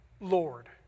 Lord